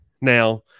now